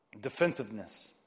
Defensiveness